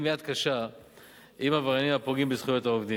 יד קשה עם עבריינים הפוגעים בזכויות העובדים.